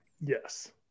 Yes